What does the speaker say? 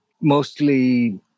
mostly